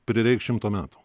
prireiks šimto metų